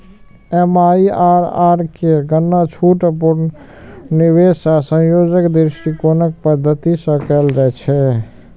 MIRR केर गणना छूट, पुनर्निवेश आ संयोजन दृष्टिकोणक पद्धति सं कैल जाइ छै